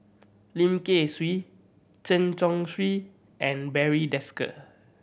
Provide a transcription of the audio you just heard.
Lim Kay Siu Chen Chong Swee and Barry Desker